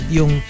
Yung